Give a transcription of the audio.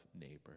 neighbor